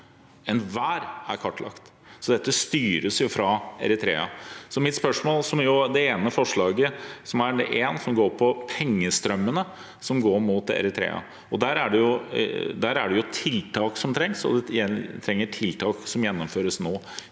Enhver er kartlagt. Dette styres fra Eritrea. Mitt spørsmål går på forslag nr. 1, om pengestrømmene som går mot Eritrea. Der er det tiltak som trengs, vi trenger tiltak som gjennomføres nå.